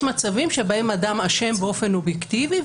יש מצבים שבהם אדם אשם באופן אובייקטיבי,